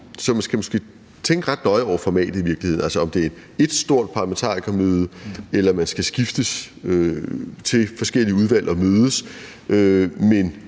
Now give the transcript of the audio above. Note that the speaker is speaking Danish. Så man skal måske tænke ret nøje over formatet i virkeligheden, altså om det er ét stort parlamentarikermøde, eller om forskellige udvalg skal